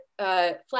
flat